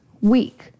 week